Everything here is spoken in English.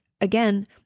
again